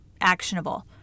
actionable